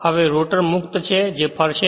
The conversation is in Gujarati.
હવે રોટર મુક્ત છે જે ફરશે